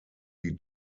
die